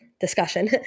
discussion